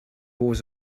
was